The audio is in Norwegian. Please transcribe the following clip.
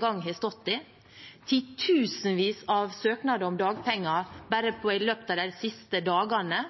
gang har stått i, med titusenvis av søknader om dagpenger bare i løpet av de siste dagene.